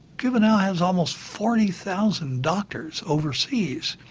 cuba now has almost forty thousand doctors overseas,